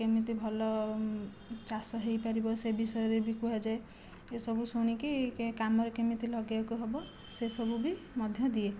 କେମିତି ଭଲ ଚାଷ ହୋଇପାରିବ ସେ ବିଷୟରେ ବି କୁହାଯାଏ ଏସବୁ ଶୁଣିକି କାମରେ କେମିତି ଲଗାଇବାକୁ ହେବ ସେସବୁ ବି ମଧ୍ୟ ଦିଏ